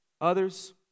others